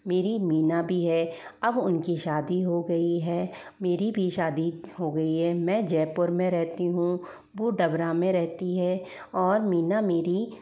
मेरी मीना भी है अब उनकी शादी हो गई है मेरी भी शादी हो गई है मैं जयपुर में रहती हूँ वो डबरा में रहती है और मीना मेरी